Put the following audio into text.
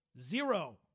zero